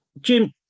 Jim